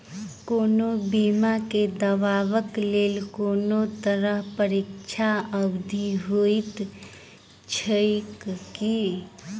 कोनो बीमा केँ दावाक लेल कोनों तरहक प्रतीक्षा अवधि होइत छैक की?